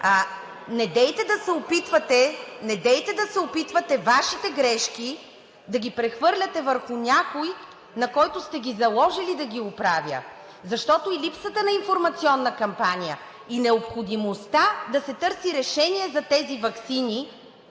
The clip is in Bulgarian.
Недейте да се опитвате Вашите грешки да ги прехвърляте върху някого, на когото сте ги заложили да ги оправя. Защото и липсата на информационна кампания, и необходимостта да се търси решение за тези ваксини,